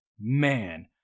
man